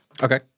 Okay